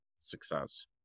success